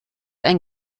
ein